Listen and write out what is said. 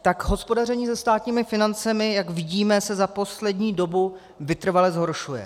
Tak hospodaření se státními financemi, jak vidíme, se za poslední dobu vytrvale zhoršuje.